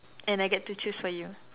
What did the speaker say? and I get to choose for you